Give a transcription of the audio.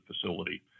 facility